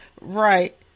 right